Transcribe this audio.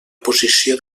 posició